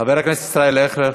חבר הכנסת ישראל אייכלר.